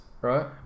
right